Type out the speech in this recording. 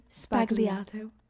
spagliato